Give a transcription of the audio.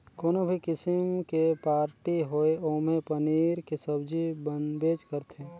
कोनो भी किसिम के पारटी होये ओम्हे पनीर के सब्जी बनबेच करथे